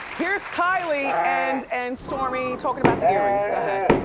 here's kylie and and stormi talking about the earrings, go ahead.